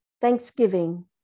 thanksgiving